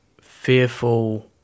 fearful